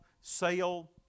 sale